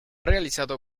realizado